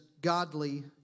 godly